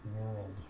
world